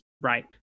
Right